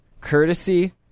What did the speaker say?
Courtesy